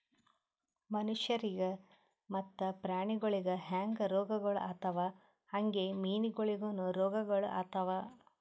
ಮನುಷ್ಯರಿಗ್ ಮತ್ತ ಪ್ರಾಣಿಗೊಳಿಗ್ ಹ್ಯಾಂಗ್ ರೋಗಗೊಳ್ ಆತವ್ ಹಂಗೆ ಮೀನುಗೊಳಿಗನು ರೋಗಗೊಳ್ ಆತವ್